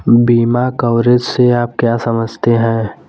बीमा कवरेज से आप क्या समझते हैं?